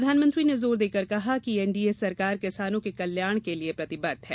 प्रधानमंत्री ने जोर देकर कहा कि राजग सरकार किसानों के कल्याण के लिए प्रतिबद्ध है